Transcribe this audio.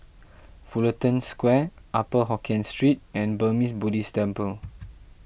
Fullerton Square Upper Hokkien Street and Burmese Buddhist Temple